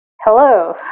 Hello